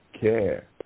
care